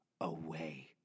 away